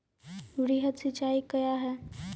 वृहद सिंचाई कया हैं?